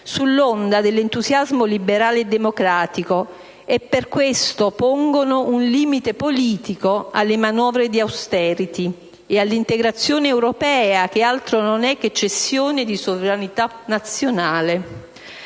sull'onda dell'entusiasmo liberale e democratico e per questo pongono un limite politico alle manovre di *austerity* e all'integrazione europea, che altro non è che cessione di sovranità nazionale.